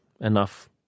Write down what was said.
Enough